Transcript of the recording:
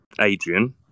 Adrian